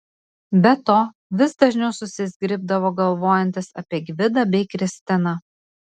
be to vis dažniau susizgribdavo galvojantis apie gvidą bei kristiną